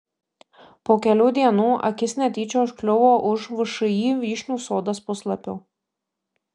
po kelių dienų akis netyčia užkliuvo už všį vyšnių sodas puslapio